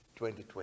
2020